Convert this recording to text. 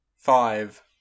Five